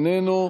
איננו,